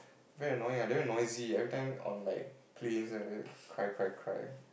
very annoying ah very noisy every time on like planes like cry cry cry